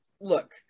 look